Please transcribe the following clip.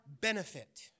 benefit